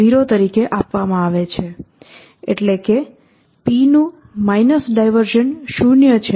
P0 તરીકે આપવામાં આવે છે એટલે કે P નું માયનસ ડાયવર્જન્સ શૂન્ય છે